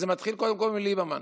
אז זה מתחיל קודם כול מליברמן.